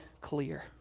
clear